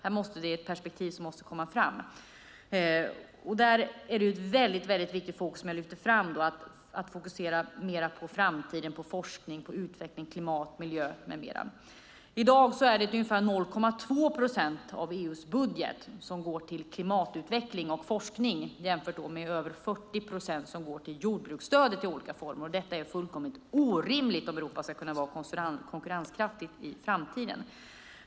Det är ett perspektiv som måste komma fram. Det är viktigt att mer fokusera på framtiden, på forskning och utveckling, klimat, miljö med mera. I dag är det ungefär 0,2 procent av EU:s budget som går till klimatutveckling och forskning jämfört med över 40 procent som går till jordbruksstödet i olika former. Detta är fullkomligt orimligt om Europa ska kunna vara konkurrenskraftigt i framtiden.